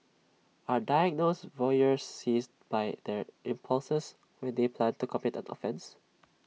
are diagnosed voyeurs seized by their impulses when they plan to commit an offence